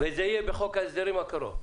וזה יהיה בחוק ההסדרים הקרוב?